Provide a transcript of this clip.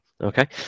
okay